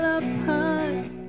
apart